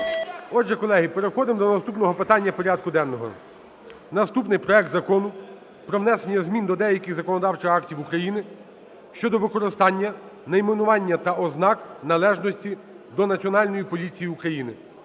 Отже, колеги, переходимо до наступного питання порядку денного. Наступний проект Закону про внесення змін до деяких законодавчих актів України щодо використання найменування та ознак належності до Національної поліції України